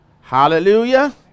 Hallelujah